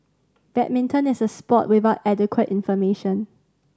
badminton is a sport without adequate information